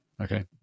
Okay